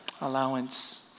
Allowance